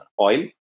oil